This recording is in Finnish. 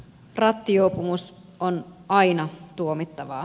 rattijuopumus on aina tuomittavaa